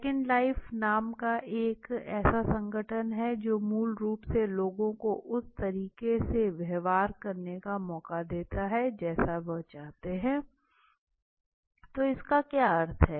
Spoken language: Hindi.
सेकंड लाइफ नाम का एक ऐसा संगठन है जो मूल रूप से लोगों को उस तरीके से व्यवहार करने का मौका देता है जैसा वे चाहते है तो इसका क्या अर्थ है